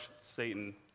Satan